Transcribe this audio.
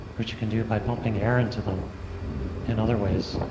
which you can do by pumping air into them and other ways,